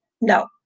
no